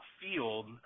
field